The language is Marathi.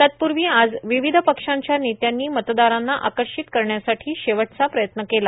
तत्पूर्वी आज विविध पक्षांच्या नेत्यांनी मतदारांना आकर्षित करण्यासाठी शेवटचा प्रयत्न केला